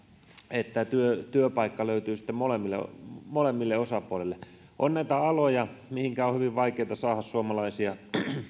että työpaikka löytyy sitten molemmille molemmille osapuolille on näitä aloja mihinkä on hyvin vaikeaa saada suomalaisia